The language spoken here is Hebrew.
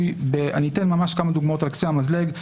אני אתן ממש כמה דוגמאות על קצה המזלג.